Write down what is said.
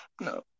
No